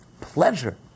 Pleasure